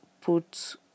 put